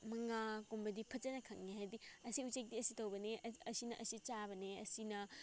ꯃꯉꯥꯒꯨꯝꯕꯗꯤ ꯐꯖꯅ ꯈꯪꯉꯦ ꯍꯥꯏꯗꯤ ꯑꯁꯤ ꯎꯆꯦꯛꯇꯤ ꯑꯁꯤ ꯇꯧꯕꯅꯤ ꯑꯁꯤꯅ ꯑꯁꯤ ꯆꯥꯕꯅꯦ ꯑꯁꯤꯅ